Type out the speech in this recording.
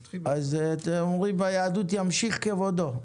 אומרים ביהדות ימשיך כבודו.